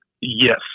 yes